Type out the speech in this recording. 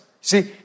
See